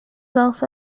self